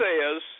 says